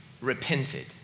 repented